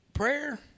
Prayer